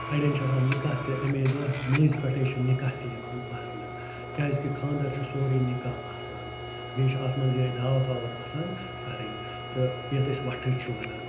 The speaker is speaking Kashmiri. اَڑٮ۪ن چھِ آسان نکاح تہِ اَمے دۄہ مٲنٛزۍ پٮ۪ٹھٕے چھِ نکاح تہِ یِوان پرنہٕ کیٛازِکہِ خانٛدَر چھِ سورٕے نکاح آسان بیٚیہِ چھِ اَتھ منٛز یِہوٚے دعوت واوَت آسان کَرٕنۍ تہٕ یَتھ أسۍ وَٹھٕج چھِ وَنان